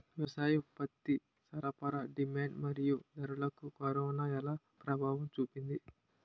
వ్యవసాయ ఉత్పత్తి సరఫరా డిమాండ్ మరియు ధరలకు కరోనా ఎలా ప్రభావం చూపింది